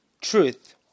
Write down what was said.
truth